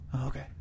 okay